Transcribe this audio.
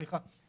סליחה.